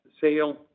sale